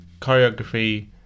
Choreography